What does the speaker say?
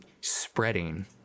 spreading